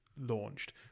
launched